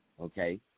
Okay